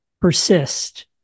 persist